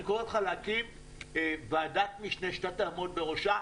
אני קורא לך להקים ועדת משנה שאתה תעמוד בראשה.